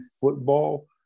football